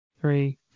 Three